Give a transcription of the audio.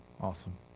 Awesome